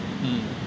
mm